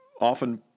often